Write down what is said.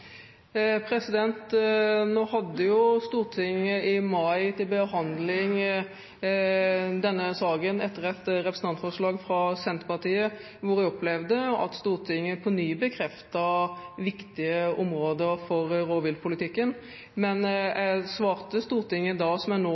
Nå hadde jo Stortinget i mai til behandling denne saken etter et representantforslag fra Senterpartiet, hvor vi opplevde at Stortinget på ny bekreftet viktige områder for rovviltpolitikken. Men jeg svarte Stortinget da, som jeg nå